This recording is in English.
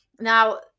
Now